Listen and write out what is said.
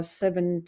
seven